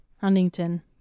Huntington